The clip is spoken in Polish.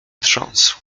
trząsł